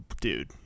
dude